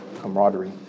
camaraderie